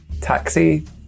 taxi